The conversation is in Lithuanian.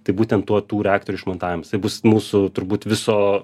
tai būtent tuo tų reaktorių išmontavimas tai bus mūsų turbūt viso